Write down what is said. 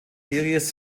series